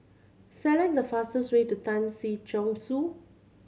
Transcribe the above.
select the fastest way to Tan Si Chong Su